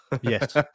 Yes